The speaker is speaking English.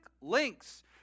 links